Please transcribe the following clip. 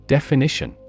Definition